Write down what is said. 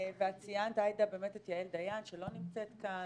ציינת עאידה באמת את יעל דיין שלא נמצאת כאן,